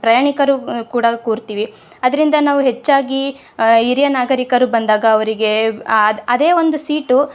ಪ್ರಯಾಣಿಕರು ಕೂಡ ಕೂರ್ತೀವಿ ಅದರಿಂದ ನಾವು ಹೆಚ್ಚಾಗಿ ಹಿರಿಯ ನಾಗರೀಕರು ಬಂದಾಗ ಅವರಿಗೆ ಅದೇ ಒಂದು ಸೀಟು